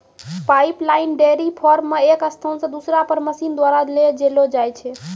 pipeline dairy farm मे एक स्थान से दुसरा पर मशीन द्वारा ले जैलो जाय छै